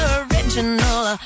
original